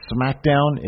SmackDown